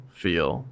feel